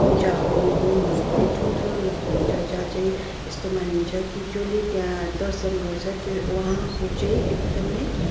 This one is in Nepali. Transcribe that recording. पूजाहरू होमहरू पनि ठुल्ठुलो लाउनु हुन्छ जहाँ चाहिँ यस्तो मानिन्छ कि जसले त्यहाँ दर्शन गर्छ उहाँको चाहिँ एकदमै